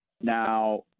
now